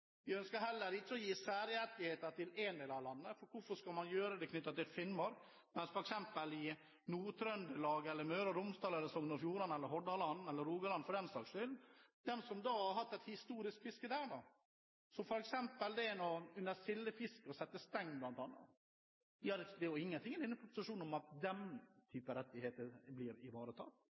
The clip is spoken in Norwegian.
Vi ønsker heller ikke å gi særrettigheter til én del av landet. Hvorfor skal man gjøre det når det gjelder Finnmark, mens f.eks. Nord-Trøndelag, Møre og Romsdal, Sogn og Fjordane, Hordaland eller Rogaland for den saks skyld og de som har hatt et historisk fiske der, som f.eks. setter steng under sildefisket, ikke blir omtalt i denne proposisjonen når det gjelder rettigheter. Nei, dette gjelder utelukkende én type